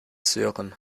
sören